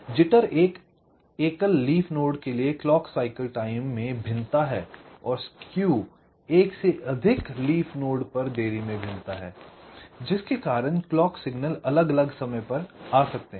jitter एक एकल leaf node के लिए क्लॉक साइकिल टाइम में भिन्नता है और स्केव एक से अधिक लीफ नोड पर देरी में भिन्नता है जिसके कारण क्लॉक सिग्नल अलग अलग समय पर आ सकते हैं